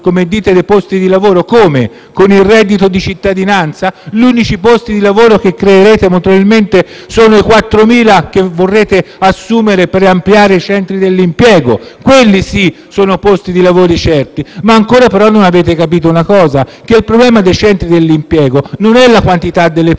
come dite, dei posti di lavoro. Come? Con il reddito di cittadinanza? Gli unici posti di lavoro che creerete saranno molto probabilmente i 4.000 destinati ad ampliare i centri dell'impiego. Quelli sì, sono posti di lavoro certi. Però ancora non avete capito una cosa: il problema dei centri per l'impiego non è la quantità delle persone